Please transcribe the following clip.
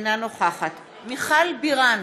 אינה נוכחת מיכל בירן,